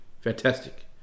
fantastic